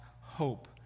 hope